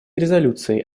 резолюции